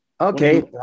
Okay